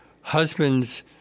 husbands